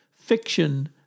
fiction